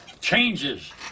Changes